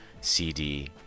CD